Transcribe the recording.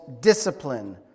discipline